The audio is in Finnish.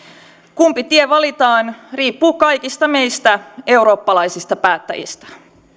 kumpi tie valitaan se riippuu kaikista meistä eurooppalaisista päättäjistä